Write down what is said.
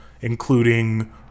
including